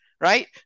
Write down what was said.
Right